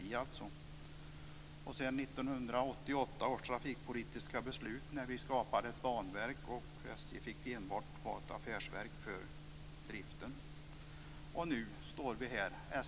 I 1988 års trafikpolitiska beslut skapade vi ett banverk, och SJ fick enbart kvar ett affärsverk för driften. Nu står vi här.